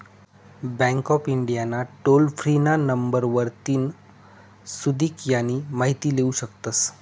bank of India ना toll free ना number वरतीन सुदीक यानी माहिती लेवू शकतस